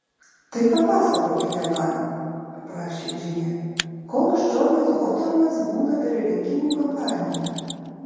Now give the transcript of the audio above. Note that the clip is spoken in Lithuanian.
tai papasakokite man paprašė džinė koks džonas hotornas būna per rinkimų kampaniją